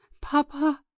Papa